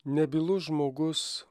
nebylus žmogus